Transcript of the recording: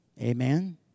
Amen